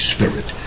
Spirit